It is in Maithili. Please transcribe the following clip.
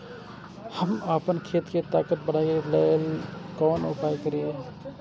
हम आपन खेत के ताकत बढ़ाय के लेल कोन उपाय करिए?